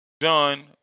done